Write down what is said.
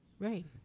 Right